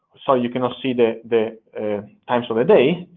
sorry you cannot see the the times of the day,